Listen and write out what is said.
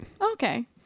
Okay